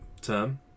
term